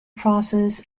process